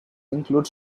include